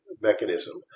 mechanism